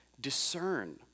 discern